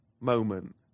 moment